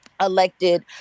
elected